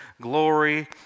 glory